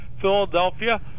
Philadelphia